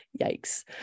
Yikes